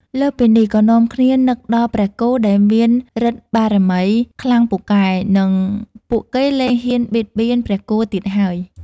លើសពីនេះ ក៏នាំគ្នានឹកដល់ព្រះគោដែលមានឬទ្ធិបារមីខ្លាំងពូកែ និងពួកគេលែងហ៊ានបៀតបៀនព្រះគោទៀតហើយ។